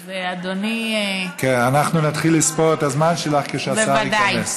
אז אדוני אז אנחנו נתחיל לספור את הזמן שלך כשהשר ייכנס.